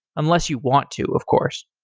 unless you want to, of course.